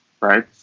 right